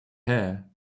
hair